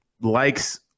Likes